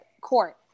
court